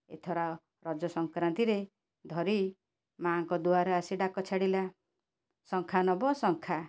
ଏଥର ରଜ ସଂକ୍ରାନ୍ତିରେ ଧରି ମାଆଙ୍କ ଦୁଆରେ ଆସି ଡାକ ଛାଡ଼ିଲା ଶଙ୍ଖା ନେବ ଶଙ୍ଖା